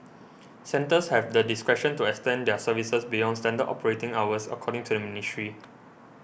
centres have the discretion to extend their services beyond standard operating hours according to the ministry